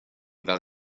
fel